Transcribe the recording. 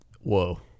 Whoa